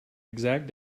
exact